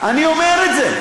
אני אומר את זה.